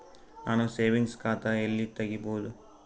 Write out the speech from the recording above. ನಾನು ಸೇವಿಂಗ್ಸ್ ಖಾತಾ ಎಲ್ಲಿ ತಗಿಬೋದು?